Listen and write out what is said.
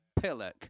pillock